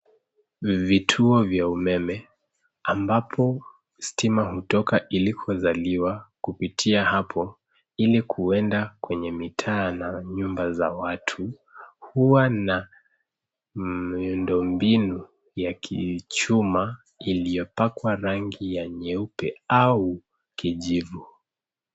Vituo vya umeme ambapo stima hutoka ili kuzaliwa kupitia hapo ili kwenda kwenye mitaa na nyumba za watu huwa na miundombinu ya kichuma iliyopakwa rangi ya nyeupe au kijivu.